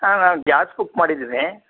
ಹಾಂ ನಾನು gas book ಮಾಡಿದ್ದೀನಿ